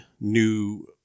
new